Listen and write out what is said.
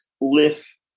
lift